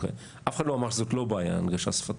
אף אחד לא אמר שזאת לא בעיה, הנגשה שפתית.